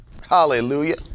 Hallelujah